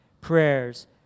prayers